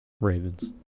Ravens